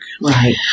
Right